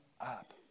up